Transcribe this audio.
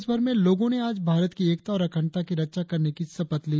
देशभर में लोगों ने आज भारत की एकता और अखंडता की रक्षा करने की शपथ ली